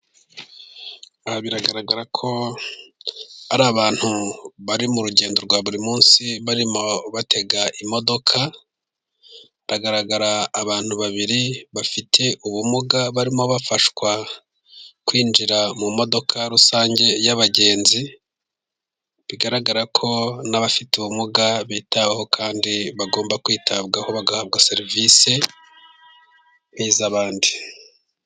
Aha biragaragara ko ari abantu bari mu rugendo rwa buri munsi, barimo batega imodoka, hagaragara abantu babiri bafite ubumuga, barimo bafashwa kwinjira mu modoka rusange y'abagenzi, bigaragara ko n'abafite ubumuga bitaweho kandi bagomba kwitabwaho, bagahabwa serivisi nk'iz'abandi.